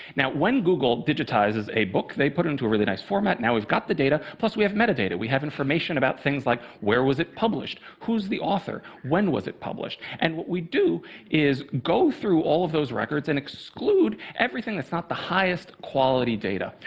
now when google digitizes a book, they put it into a really nice format. now we've got the data, plus we have metadata. we have information about things like where was it published, who was the author, when was it published. and what we do is go through all of those records and exclude everything that's not the highest quality data.